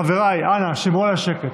חבריי, אנא, שמרו על השקט.